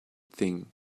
thing